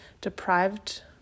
deprived